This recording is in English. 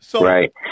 Right